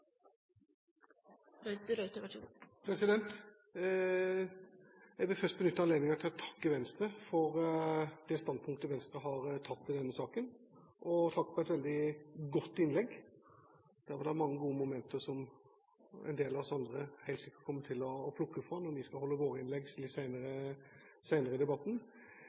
å takke Venstre for det standpunktet Venstre har tatt i denne saka. Og takk for et veldig godt innlegg. Der var det mange gode momenter som en del av oss andre helt sikkert kommer til å plukke fra, når vi skal holde våre innlegg litt senere i debatten.